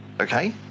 okay